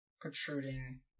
protruding